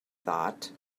thought